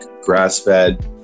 grass-fed